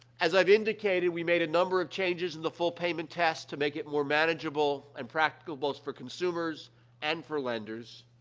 as i've indicated, we made a number of changes in the full payment test to make it more manageable and practicable for consumers and for lenders.